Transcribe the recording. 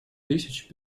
тысяч